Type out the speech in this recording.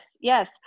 yes